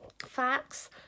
facts